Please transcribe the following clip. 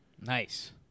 Nice